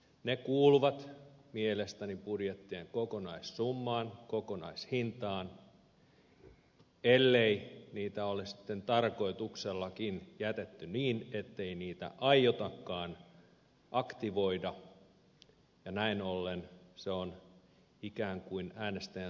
ne kuuluvat mielestäni budjettien kokonaissummaan kokonaishintaan ellei niitä ole sitten tarkoituksellakin jätetty niin ettei niitä aiotakaan aktivoida ja näin ollen se on ikään kuin äänestäjän sumutusta harhaanjohtamista parhaimmillaan